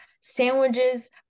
sandwiches